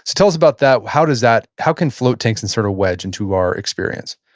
so tell us about that, how does that, how can float tanks and sort of wedge into our experience?